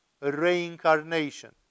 reincarnation